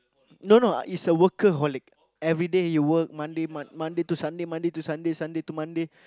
no no is a workaholic everyday you work Monday Mon~ Monday to Sunday Monday to Sunday Sunday to Monday